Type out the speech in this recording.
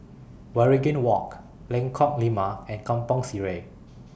Waringin Walk Lengkok Lima and Kampong Sireh